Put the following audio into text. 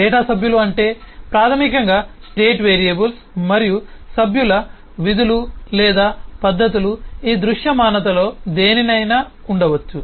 data సభ్యులు అంటే ప్రాథమికంగా స్టేట్ వేరియబుల్స్ మరియు సభ్యుల విధులు లేదా పద్ధతులు ఈ దృశ్యమానతలలో దేనినైనా ఉండవచ్చు